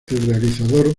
realizador